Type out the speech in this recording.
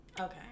Okay